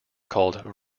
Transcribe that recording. called